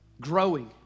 growing